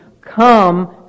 Come